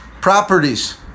properties